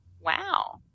Wow